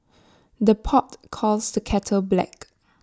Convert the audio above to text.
the pot calls the kettle black